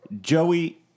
Joey